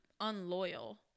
unloyal